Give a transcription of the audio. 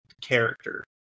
character